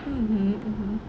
mmhmm mmhmm